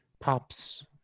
Pops